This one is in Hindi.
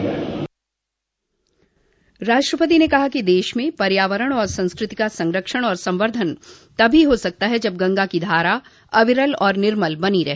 राष्ट्रपति ने कहा कि दश में पर्यावरण और संस्कृति का संरक्षण व संवर्द्वन तभी हो सकता है जब गंगा की धारा अविरल और निर्मल बनी रहे